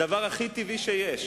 זה הדבר הכי טבעי שיש.